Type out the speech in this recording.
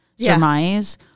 surmise